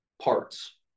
parts